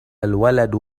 الولد